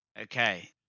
Okay